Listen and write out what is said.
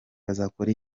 bazakora